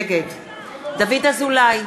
נגד דוד אזולאי,